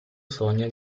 sogno